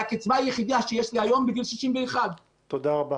זו הקצבה היחידה שיש לי היום בגיל 61. תודה רבה